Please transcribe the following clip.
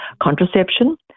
contraception